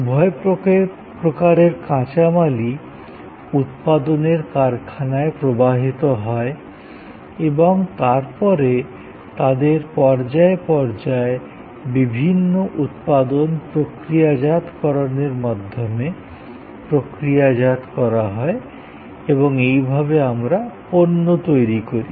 উভয় প্রকারের কাঁচামালই উৎপাদনের কারখানায় ব্যবহার করা হয় এবং সেখানে তাদের পর্যায় পর্যায় বিভিন্ন উৎপাদন প্রক্রিয়াজাতকরণের মাধ্যমে প্রক্রিয়াজাত করা হয় এবং এইভাবে আমরা পণ্য তৈরি করি